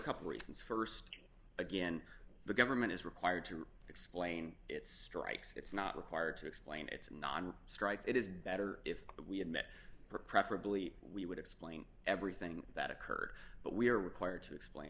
couple reasons st again the government is required to explain its strikes it's not required to explain it's not on strikes it is better if we had met preferably we would explain everything that occurred but we are required to explain